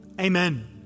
amen